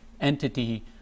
entity